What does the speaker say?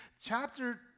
chapter